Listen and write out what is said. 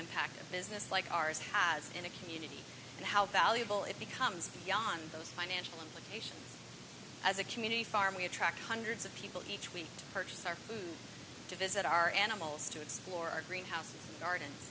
impact a business like ours has in a community and how valuable it becomes beyond those financial implications as a community farm we attract hundreds of people each week to purchase our food to visit our animals to explore our greenhouse garden